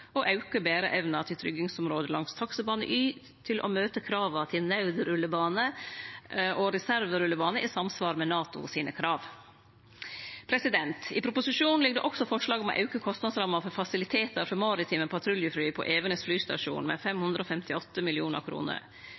langs taksebane Y til å møte krava til naudrullebane og reserverullebane, i samsvar med NATO sine krav. I proposisjonen ligg det også forslag om å auke kostnadsramma for fasilitetar for maritime patruljefly på Evenes flystasjon med 558